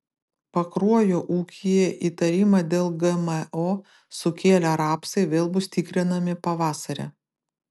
pakruojo ūkyje įtarimą dėl gmo sukėlę rapsai vėl bus tikrinami pavasarį